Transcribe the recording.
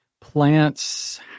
plants